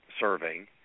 serving